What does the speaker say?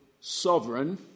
sovereign